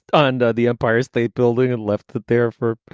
ah and the empire state building and left. that therefore